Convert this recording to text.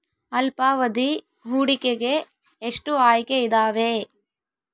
ಅಲ್ಪಾವಧಿ ಹೂಡಿಕೆಗೆ ಎಷ್ಟು ಆಯ್ಕೆ ಇದಾವೇ?